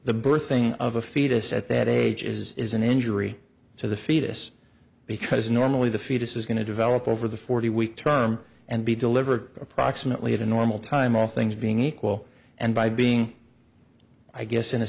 the birthing of a fetus at that age is an injury to the fetus because normally the fetus is going to develop over the forty week term and be delivered approximately at a normal time all things being equal and by being i guess in a